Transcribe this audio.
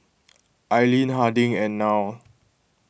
Aileen Harding and Nile